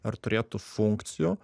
ar turėt tų funkcijų